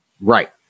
Right